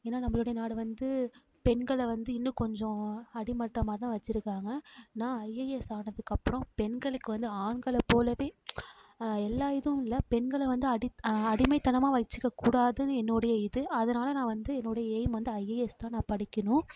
ஏன்னால் நம்மளுடைய நாடு வந்து பெண்களை வந்து இன்னும் கொஞ்சம் அடிமட்டமாக தான் வெச்சுருக்காங்க நான் ஐஏஎஸ் ஆனதுக்கப்புறம் பெண்களுக்கு வந்து ஆண்களை போலவே எல்லா இதுவும் இல்லை பெண்களை வந்து அடித் அடிமைத்தனமாக வெச்சுக்கக்கூடாதுனு என்னுடைய இது அதனால நான் வந்து என்னுடைய எயிம் வந்து ஐஏஎஸ் தான் நான் படிக்கணும்